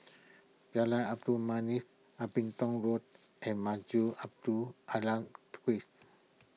Jalan Labu Manis Abingdon Road and Masjid Abdul Aleem